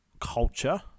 culture